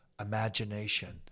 imagination